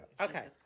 Okay